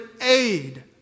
aid